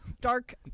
dark